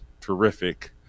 terrific